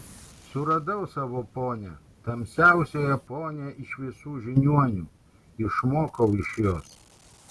suradau savo ponią tamsiausiąją ponią iš visų žiniuonių išmokau iš jos